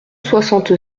soixante